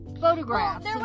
photographs